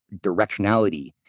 directionality